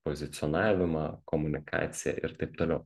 pozicionavimą komunikaciją ir taip toliau